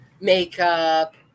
makeup